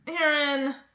Aaron